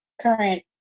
current